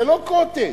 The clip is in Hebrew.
זה לא "קוטג'".